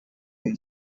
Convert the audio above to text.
you